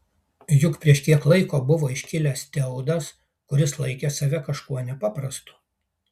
juk prieš kiek laiko buvo iškilęs teudas kuris laikė save kažkuo nepaprastu